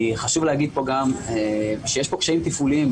חשוב להגיד גם שיש פה קשיים תפעוליים.